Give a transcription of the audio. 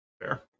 Fair